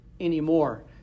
anymore